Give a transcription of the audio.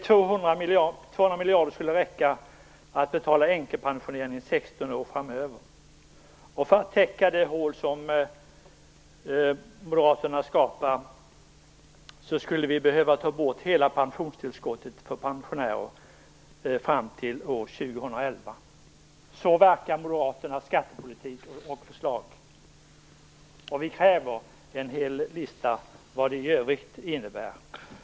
200 miljarder kronor skulle räcka till att betala änkepensionerna under 16 år framåt. För att täcka det hål som Moderaterna har skapat skulle vi behöva ta bort hela pensionstillskottet för pensionärer fram till år 2011. Så verkar Moderaternas skattepolitik och förslag! Vi kräver en hel lista över vad de i övrigt innebär.